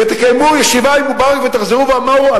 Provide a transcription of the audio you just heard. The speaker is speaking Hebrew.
תקיימו ישיבה עם מובארק ותחזרו ותאמרו: